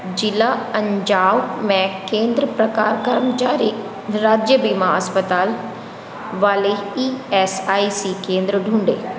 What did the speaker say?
ज़िला अन्जाव में केंद्र प्रकार कर्मचारी राज्य बीमा अस्पताल वाले ई एस आई सी केंद्र ढूँढें